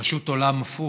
פשוט עולם הפוך.